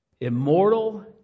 immortal